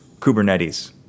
Kubernetes